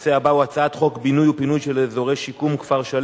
הנושא הבא הוא הצעת חוק בינוי ופינוי של אזורי שיקום (כפר-שלם),